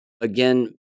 again